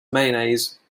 mayonnaise